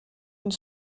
une